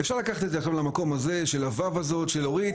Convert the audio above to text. אפשר לקחת את זה עכשיו למקום הזה של ה- ו' הזאת של אורית.